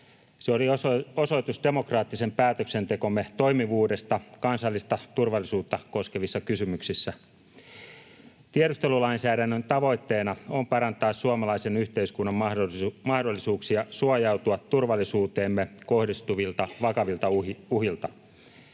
Se oli osoitus demokraattisen päätöksentekomme toimivuudesta kansallista turvallisuutta koskevissa kysymyksissä. Tiedustelulainsäädännön tavoitteena on parantaa suomalaisen yhteiskunnan mahdollisuuksia suojautua turvallisuuteemme kohdistuvilta vakavilta uhilta.